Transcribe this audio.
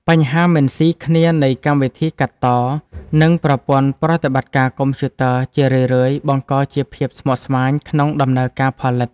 បញ្ហាមិនស៊ីគ្នានៃកម្មវិធីកាត់ត និងប្រព័ន្ធប្រតិបត្តិការកុំព្យូទ័រ ជារឿយៗបង្កជាភាពស្មុគស្មាញក្នុងដំណើរការផលិត។